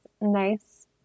nice